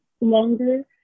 longer